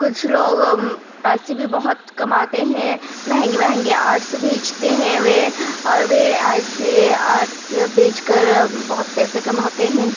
کچھ لوگ پیسے بھی بہت کماتے ہیں مہنگے مہنگے آرٹس بیچتے ہیں وہ اور وہ ایسے آرٹس بیچ کر بہت پیسے کماتے ہیں